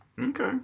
Okay